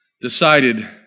decided